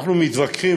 אנחנו מתווכחים,